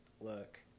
look